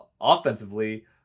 offensively